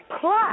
plus